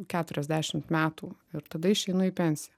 keturiasdešimt metų ir tada išeinu į pensiją